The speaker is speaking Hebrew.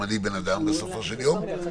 אני גם